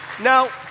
Now